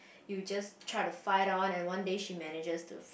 you just try to fight on and one day she manages to